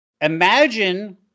Imagine